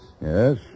Yes